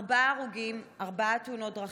ארבעה הרוגים, ארבע תאונות דרכים.